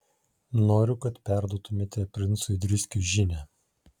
noriu kad perduotumėte princui driskiui žinią